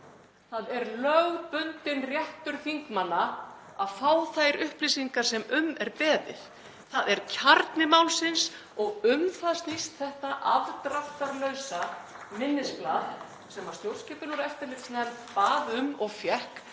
Það er lögbundinn réttur þingmanna að fá þær upplýsingar sem um er beðið. Það er kjarni málsins og um það snýst þetta afdráttarlausa minnisblað sem stjórnskipunar- og eftirlitsnefnd bað um og fékk